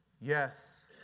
Yes